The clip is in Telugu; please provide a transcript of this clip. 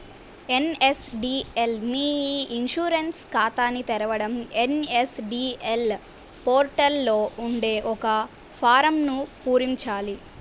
ఎన్.ఎస్.డి.ఎల్ మీ ఇ ఇన్సూరెన్స్ ఖాతాని తెరవడం ఎన్.ఎస్.డి.ఎల్ పోర్టల్ లో ఉండే ఒక ఫారమ్ను పూరించాలి